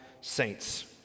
Saints